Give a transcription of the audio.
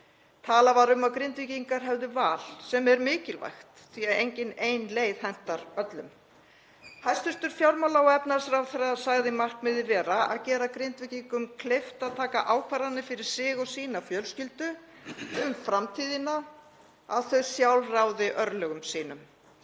Talað var um að Grindvíkingar hefðu val, sem er mikilvægt því að engin ein leið hentar öllum. Hæstv. fjármála- og efnahagsráðherra sagði markmiðið vera að gera Grindvíkingum kleift að taka ákvarðanir fyrir sig og sína fjölskyldu um framtíðina, að þau sjálf ráði örlögum sínum.